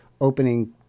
opening